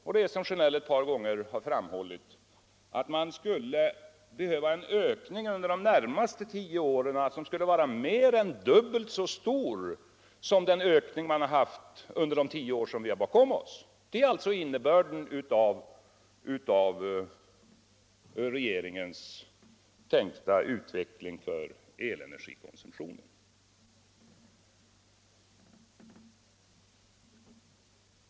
Det innebär, som herr Sjönell ett par gånger framhållit, att ökningen under de närmaste tio åren skulle bli mer än dubbelt så stor som den varit under de tio senaste åren. Det är alltså innebörden av regeringens tänkta utveckling för elenergiproduktionen.